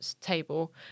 table